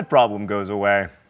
problem goes away.